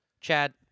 Chad